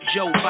Joe